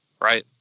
right